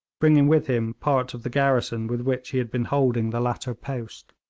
bringing with him part of the garrison with which he had been holding the latter post.